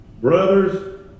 Brothers